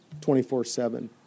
24/7